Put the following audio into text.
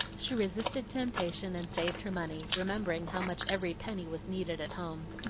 she resisted temptation and saved her money, remembering how much every penny was needed at home.